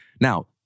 Now